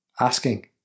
Asking